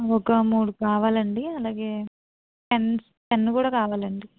ఒక మూడు కావాలి అండి అలాగే పెన్స్ పెన్ను కూడా కావాలి అండి